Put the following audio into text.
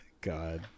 God